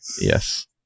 yes